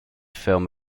film